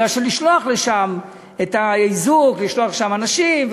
כי לשלוח לשם את האיזוק ולשלוח לשם אנשים,